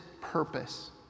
purpose